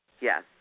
Yes